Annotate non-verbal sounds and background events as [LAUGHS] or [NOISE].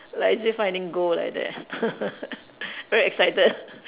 like as if finding gold like that [LAUGHS] very excited [LAUGHS]